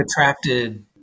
attracted